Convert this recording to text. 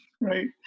Right